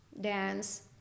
dance